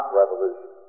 revolution